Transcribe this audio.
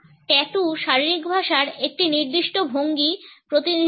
tattoo শারীরিক ভাষার একটি নির্দিষ্ট ভঙ্গি প্রতিনিধিত্ব করে